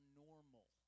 normal